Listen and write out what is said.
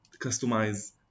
customize